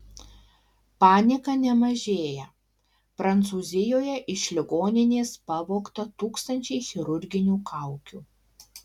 panika nemažėją prancūzijoje iš ligoninės pavogta tūkstančiai chirurginių kaukių